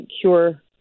cure